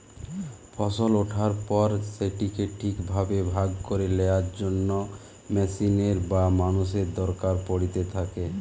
ফসল ওঠার পর সেটিকে ঠিক ভাবে ভাগ করে লেয়ার জন্য মেশিনের বা মানুষের দরকার পড়িতে থাকে